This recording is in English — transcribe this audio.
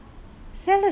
then she did become one